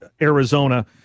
Arizona